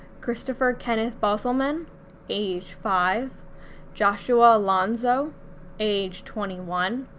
christopher kenneth bosselman age five joshua alonzo age twenty one,